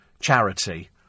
charity